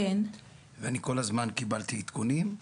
אני כל הזמן קיבלתי עדכונים,